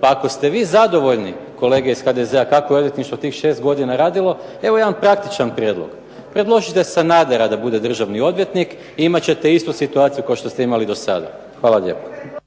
Pa ako ste vi zadovoljni kolege iz HDZ-a kako je odvjetništvo tih 6 godina radilo, evo jedan praktičan prijedlog. Predložite Sanadera da bude državni odvjetnik i imat ćete istu situaciju kao što ste imali do sada. Hvala lijepo.